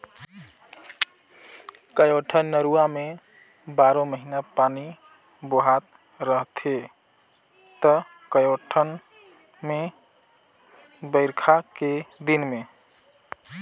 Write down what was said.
कयोठन नरूवा में बारो महिना पानी बोहात रहथे त कयोठन मे बइरखा के दिन में